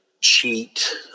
cheat